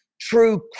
True